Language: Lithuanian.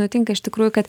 nutinka iš tikrųjų kad